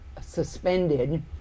suspended